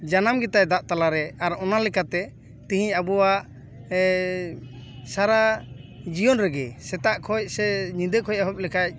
ᱡᱟᱱᱟᱢ ᱜᱮᱛᱟᱭ ᱫᱟᱜ ᱛᱟᱞᱟ ᱨᱮ ᱟᱨ ᱚᱱᱟᱞᱮᱠᱟᱛᱮ ᱛᱤᱦᱤᱧ ᱟᱵᱚᱣᱟᱜ ᱥᱟᱨᱟ ᱡᱤᱭᱚᱱ ᱨᱮᱜᱮ ᱥᱮᱛᱟᱜ ᱠᱷᱚᱱ ᱥᱮ ᱧᱤᱫᱟᱹ ᱠᱷᱚᱱ ᱮᱦᱚᱵ ᱞᱮᱠᱷᱟᱱ